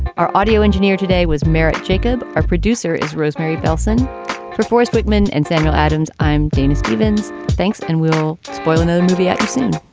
our audio engineer today was merritt jacob. our producer is rosemary belson for forrest wickman and samuel adams. i'm dana stevens. thanks. and we'll spoil another movie anderson